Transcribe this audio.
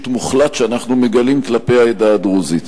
מוחלט שאנחנו מגלים כלפי העדה הדרוזית.